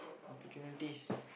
opportunities